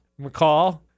McCall